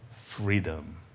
freedom